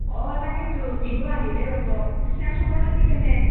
অঁ তাকেইতো বিহু আহিলেই ৰ'ব পিছে খবৰ খাতিৰ কেনে